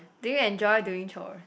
do you enjoy doing chores